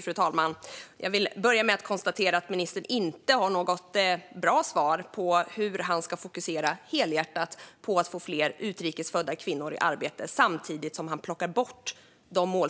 Fru talman! Jag börjar med att konstatera att ministern inte har något bra svar på hur han ska fokusera helhjärtat på att få fler utrikes födda kvinnor i arbete samtidigt som han plockar bort de mål